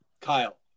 Kyle